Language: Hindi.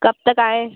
कब तक आएँ